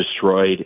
destroyed